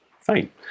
Fine